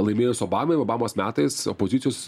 laimėjus obamai obamos metais opozicijos